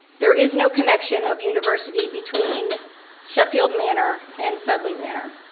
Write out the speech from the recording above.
there is no connection of university between sheffield manor and sudley manor.